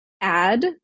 add